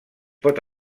pot